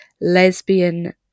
lesbian